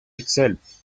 itself